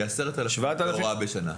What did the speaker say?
כ-10,000 עובדי הוראה בשנה.